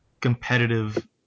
competitive